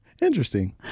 Interesting